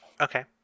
okay